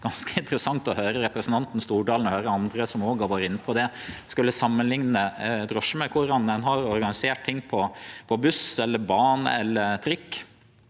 ganske interessant å høyre at representanten Stordalen og andre som òg har vore inne på det, samanliknar drosje med korleis ein har organisert ting for buss, bane eller trikk.